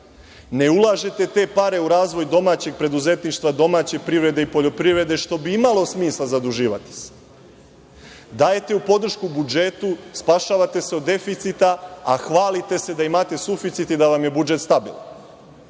ne ulažete te pare u razvoj domaćeg preduzetništva, domaće privrede i poljoprivrede, što bi imalo smisla zaduživati se. Dajete podršku budžetu, spašavate se od deficita, a hvalite se da imate suficit i da vam je budžet stabilan.